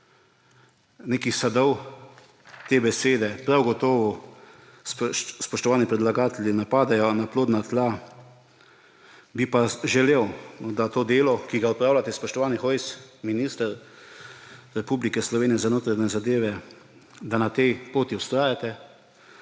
nekih sadov te besede. Prav gotovo, spoštovani predlagatelji, ne padejo na plodna tla; bi pa želel, da to delo, ki ga opravljate, spoštovani Hojs, minister Republike Slovenije za notranje zadeve, da na tej poti vztrajate.